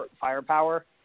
firepower